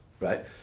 right